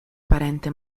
parente